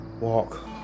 walk